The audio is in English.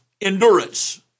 endurance